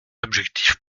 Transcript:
objectif